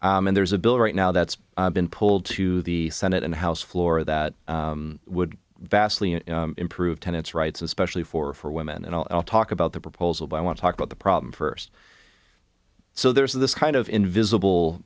and there's a bill right now that's been pulled to the senate and house floor that would vastly improve tenants rights especially for for women and i'll talk about the proposal but i want to talk about the problem first so there's this kind of invisible